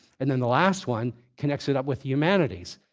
and then the last one connects it up with humanities,